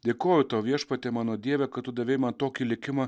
dėkoju tau viešpatie mano dieve kad tu davei man tokį likimą